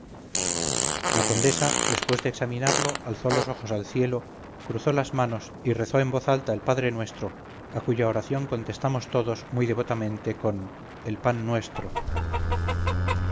la condesa después de examinarlo alzó los ojos al cielo cruzó las manos y rezó en voz alta el padre nuestro a cuya oración contestamos todos muy devotamente con el pan nuestro